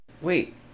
Wait